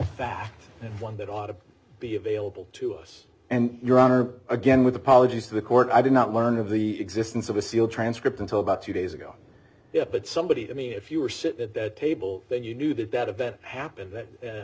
fact and one that ought to be available to us and your honor again with apologies to the court i did not learn of the existence of a sealed transcript until about two days ago but somebody i mean if you were sitting at the table that you knew that that event happened that i